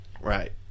Right